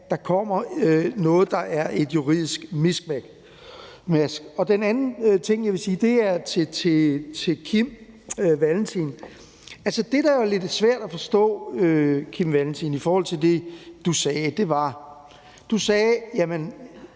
der kommer noget, der er et juridisk miskmask. Den anden ting, jeg vil sige, er til Kim Valentin. Det, der jo er lidt svært at forstå, Kim Valentin, er, at du sagde, at Lissabontraktaten